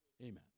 Amen